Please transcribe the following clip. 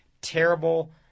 terrible